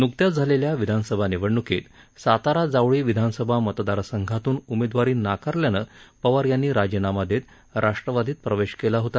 नुकत्याच झालेल्या विधानसभा निवडणूकीत सातारा जावळी विधानसभा मतदार संघातून उमेदवारी नाकारल्यानं पवार यांनी राजीनामा देत राष्ट्रवादीत प्रवेश केला होता